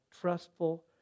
trustful